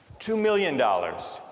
two million dollars